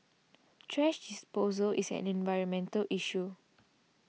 thrash disposal is an environmental issue